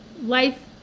life